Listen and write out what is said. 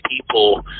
people